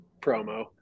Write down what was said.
promo